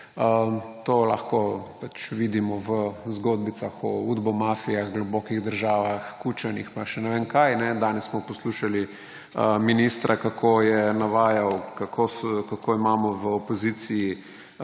To lahko vidimo v zgodbicah o udbomafijah, globokih državah, kučanih pa še ne vem kaj. Danes smo poslušali ministra, kako je navajal, kako imamo v opoziciji